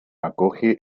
acoge